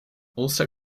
also